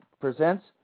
presents